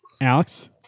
Alex